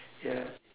ya